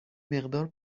مقدار